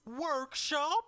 Workshop